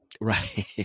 right